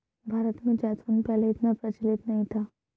भारत में जैतून पहले इतना प्रचलित नहीं था